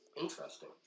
Interesting